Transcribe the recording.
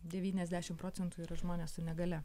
devyniasdešimt procentų yra žmonės su negalia